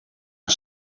een